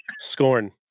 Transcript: Scorn